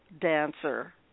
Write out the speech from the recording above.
dancer